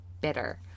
bitter